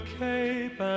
cape